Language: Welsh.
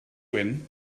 wyn